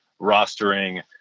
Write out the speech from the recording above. rostering